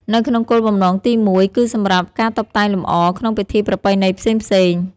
នៅក្នុងគោលបំណងទីមួយ គឺសម្រាប់ ការតុបតែងលម្អ ក្នុងពិធីប្រពៃណីផ្សេងៗ។